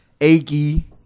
achy